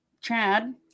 Chad